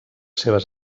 seves